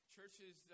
Churches